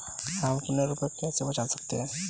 हम अपने रुपये कैसे बचा सकते हैं?